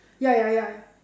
ya ya ya